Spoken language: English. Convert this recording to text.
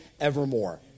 evermore